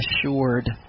assured